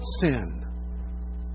sin